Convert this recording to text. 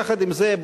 יחד עם זה,